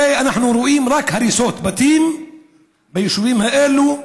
הרי אנחנו רואים רק הריסות בתים ביישובים האלה,